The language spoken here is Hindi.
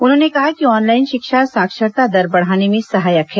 उन्होंने कहा कि ऑनलाइन शिक्षा साक्षरता दर बढ़ाने में सहायक है